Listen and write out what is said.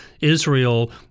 Israel